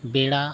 ᱵᱮᱲᱟ